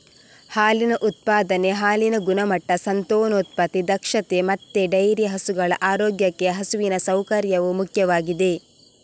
ಹಾಲಿನ ಉತ್ಪಾದನೆ, ಹಾಲಿನ ಗುಣಮಟ್ಟ, ಸಂತಾನೋತ್ಪತ್ತಿ ದಕ್ಷತೆ ಮತ್ತೆ ಡೈರಿ ಹಸುಗಳ ಆರೋಗ್ಯಕ್ಕೆ ಹಸುವಿನ ಸೌಕರ್ಯವು ಮುಖ್ಯವಾಗಿದೆ